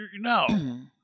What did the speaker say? No